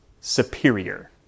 superior